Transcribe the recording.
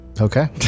Okay